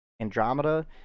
Andromeda